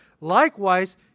Likewise